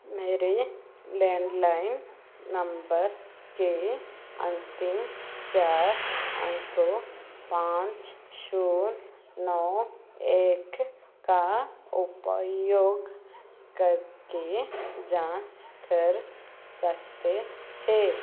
मेरे landline number के अंतिम चार अंकों पाँच छः नौ एक का उपयोग करके जाँच कर सकते हें